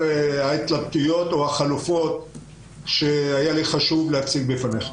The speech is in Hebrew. מההתלבטויות או החלופות שהיה לי חשוב להציג בפניכם.